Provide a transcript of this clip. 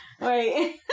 Wait